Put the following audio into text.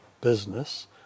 business